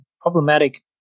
problematic